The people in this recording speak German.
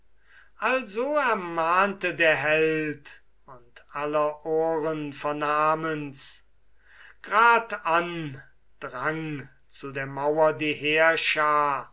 also ermahnte der held und aller ohren vernahmens gradan drang zu der mauer die heerschar